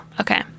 Okay